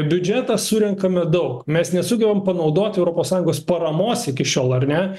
biudžetą surenkame daug mes nesugebam panaudoti europos sąjungos paramos iki šiol ar ne